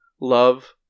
love